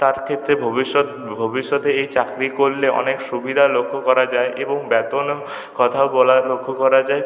তারক্ষেত্রে ভবিষ্যৎ ভবিষ্যতে এই চাকরি করলে অনেক সুবিধা লক্ষ করা যায় এবং বেতন কথাও বলা লক্ষ করা যায়